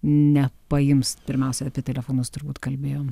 ne paims pirmiausia apie telefonus turbūt kalbėjom